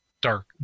dark